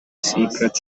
secret